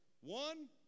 One